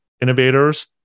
innovators